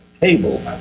table